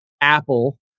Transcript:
Apple